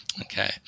Okay